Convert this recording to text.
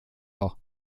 bauch